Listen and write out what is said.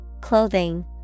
clothing